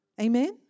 Amen